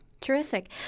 Terrific